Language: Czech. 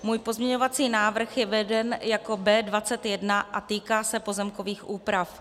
Můj pozměňovací návrh je veden jako B21 a týká se pozemkových úprav.